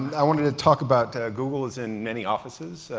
i wanted to talk about google is in many offices.